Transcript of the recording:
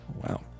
Wow